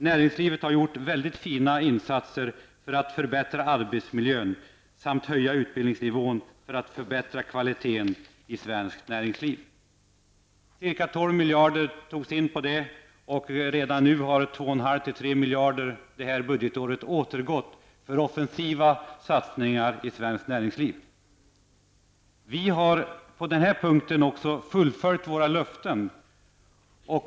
Det har gjorts väldigt fina insatser för att förbättra arbetsmiljön och för att höja utbildningsnivån och därmed förbättra kvaliteten i svenskt näringsliv. Ca 12 miljarder togs in i arbetsmiljöavgift, och redan nu har 2,5 à 3 miljarder under det här budgetåret återgått för offensiva satsningar i företagen. Vi har också på den punkten fullföljt våra löften.